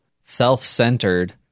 self-centered